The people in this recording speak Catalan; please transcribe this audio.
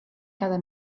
cada